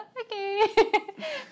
okay